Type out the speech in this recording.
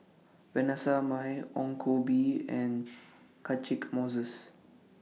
Vanessa Mae Ong Koh Bee and Catchick Moses